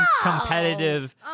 competitive